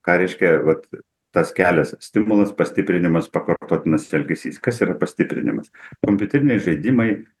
ką reiškia vat tas kelias stimulas pastiprinimas pakartotinas elgesys kas yra pastiprinimas kompiuteriniai žaidimai